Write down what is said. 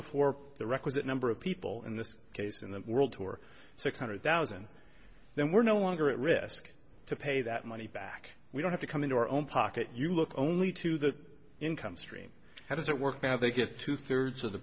before the requisite number of people in this case in the world tour six hundred thousand then we're no longer at risk to pay that money back we don't have to come into our own pocket you look only to the income stream how does it work now they get two thirds of the